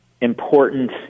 important